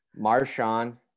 Marshawn